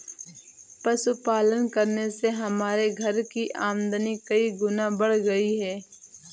पशुपालन करने से हमारे घर की आमदनी कई गुना बढ़ गई है